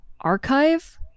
Archive